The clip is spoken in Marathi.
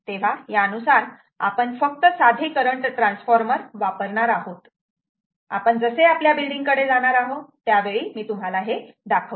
तेव्हा यानुसार आपण फक्त साधे करंट ट्रान्सफॉर्मर CT वापरणार आहोत आपण जसे आपल्या बिल्डिंग कडे जाणार त्यावेळी मी तुम्हाला हे दाखवतो